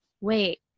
wait